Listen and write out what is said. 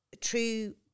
true